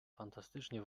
fantastycznie